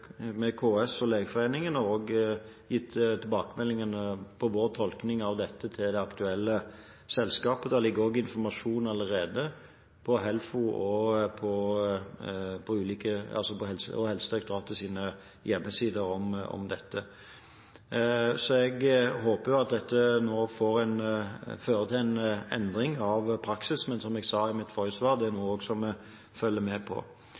KS og Legeforeningen og gitt tilbakemelding på vår tolkning av dette til det aktuelle selskapet. Det ligger også informasjon allerede på HELFOs og Helsedirektoratets hjemmesider om dette. Jeg håper at dette nå fører til en endring av praksis, men, som jeg sa i mitt forrige svar, det må vi også følge med på. Når det gjelder spørsmålet om å ha et transaksjonsgebyr, er det sånn at det er hjemlet i finansloven, og det er det som